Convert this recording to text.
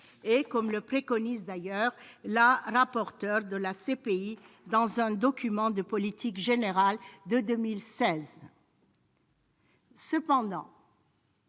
et comme le préconise d'ailleurs la rapporteure de la CPI dans un document de politique générale datant de 2016. Cependant,